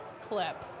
clip